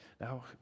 Now